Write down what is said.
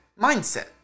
mindset